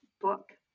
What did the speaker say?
book